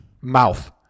mouth